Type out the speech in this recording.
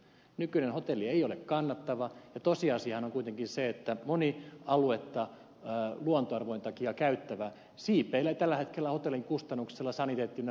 nykyinen hotelli ei ole kannattava ja tosiasiahan on kuitenkin se että moni aluetta luontoarvojen takia käyttävä siipeilee tällä hetkellä hotellin kustannuksella saniteetti ynnä muuta